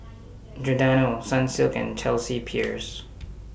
Giordano Sunsilk and Chelsea Peers